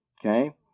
Okay